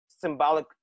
symbolic